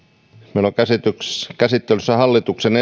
meillä on käsittelyssä käsittelyssä hallituksen